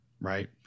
right